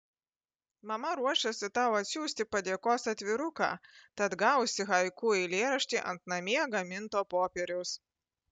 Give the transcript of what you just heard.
mama ruošiasi tau atsiųsti padėkos atviruką tad gausi haiku eilėraštį ant namie gaminto popieriaus